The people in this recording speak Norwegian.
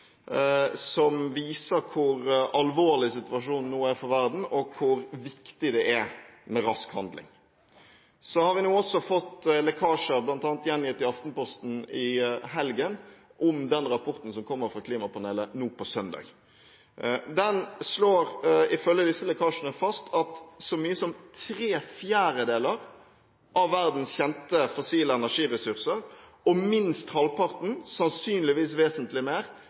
som er skremmende lesning, som viser hvor alvorlig situasjonen nå er for verden, og hvor viktig det er med rask handling. Vi har også fått lekkasjer, bl.a. gjengitt i Aftenposten i helgen, om den rapporten som kommer fra klimapanelet nå på søndag. Den slår ifølge disse lekkasjene fast at så mye som tre fjerdedeler av verdens kjente fossile energiressurser og minst halvparten – sannsynligvis vesentlig mer